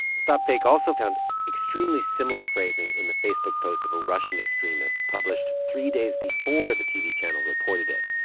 stopfake also found extremely similar phrasing in the facebook post of a russian extremist published three days before the tv channel reported it.